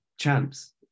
Champs